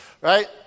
right